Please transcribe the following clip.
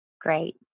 great